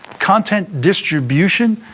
content distribution,